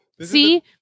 See